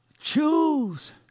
Choose